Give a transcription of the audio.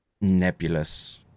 nebulous